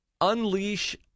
unleash